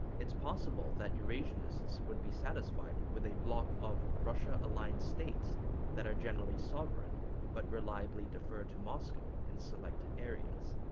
it's possible that eurasianists would be satisfied with a bloc of russia-aligned states that are generally sovereign but reliably defer to moscow in select areas.